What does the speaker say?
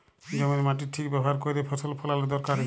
জমির মাটির ঠিক ব্যাভার ক্যইরে ফসল ফলাল দরকারি